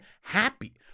happy